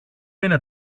είναι